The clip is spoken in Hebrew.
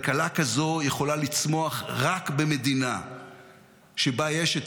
כלכלה כזו יכולה לצמוח רק במדינה שבה יש את